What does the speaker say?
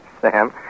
Sam